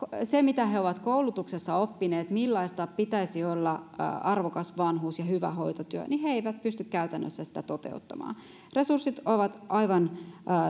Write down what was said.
sitä mitä he ovat koulutuksessa oppineet millaista pitäisi olla arvokas vanhuus ja hyvä hoitotyö he eivät pysty käytännössä toteuttamaan resurssit ovat aivan